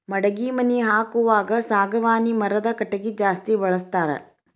ಮಡಗಿ ಮನಿ ಹಾಕುವಾಗ ಸಾಗವಾನಿ ಮರದ ಕಟಗಿ ಜಾಸ್ತಿ ಬಳಸ್ತಾರ